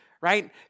right